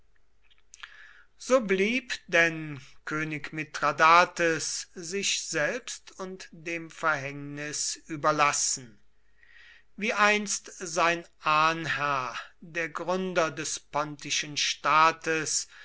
so blieb denn könig mithradates sich selbst und dem verhängnis überlassen wie einst sein ahnherr der gründer des pontischen staates